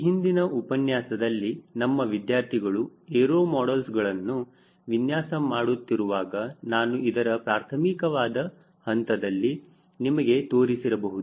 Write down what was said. ಈ ಹಿಂದಿನ ಉಪನ್ಯಾಸದಲ್ಲಿ ನಮ್ಮ ವಿದ್ಯಾರ್ಥಿಗಳು ಏರೋ ಮಾಡಲ್ಸ್ಗಳನ್ನು ವಿನ್ಯಾಸ ಮಾಡುತ್ತಿರುವಾಗ ನಾನು ಇದರ ಪ್ರಾಥಮಿಕವಾದ ಹಂತದಲ್ಲಿ ನಿಮಗೆ ತೋರಿಸಿರಬಹುದು